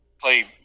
play